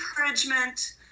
encouragement